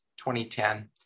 2010